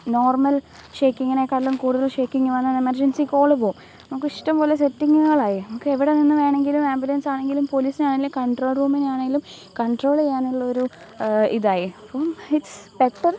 normal ഷെയ്ക്കിങ്ങിനെകാട്ടിലും കൂടുതൽ shaking വന്നാൽ എമർജൻസി കോള് പോവും നമുക്ക് ഇഷ്ടംപോലെ സെറ്റിങ്ങുകളായി നമുക്ക് എവിടെ നിന്ന് വേണമെങ്കിലും ആംബുലൻസാണെങ്കിലും പോലീസിനാണെങ്കിലും കൺട്രോൾ റൂമിനെയാണെങ്കിലും കൺട്രോൾ ചെയ്യാനുള്ളൊരു ഇതായി അപ്പം ഇറ്റ്സ് ബെറ്റർ